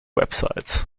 websites